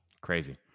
Crazy